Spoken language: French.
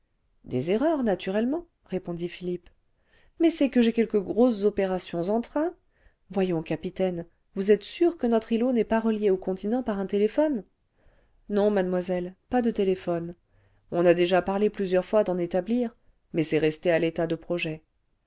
des erreurs naturellement répondit philippe mais c'est que j'ai quelques grosses opérations en train voyons capitaine vous êtes sûr que notre îlot n'est pas relié au continent par un téléphone non mademoiselle pas de téléphone on a déjà parlé plusieurs fois d'en établir mais c'est resté à l'état de projet